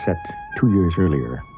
set two years earlier,